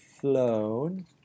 flown